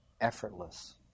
effortless